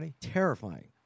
terrifying